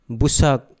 busak